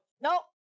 nope